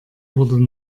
wurde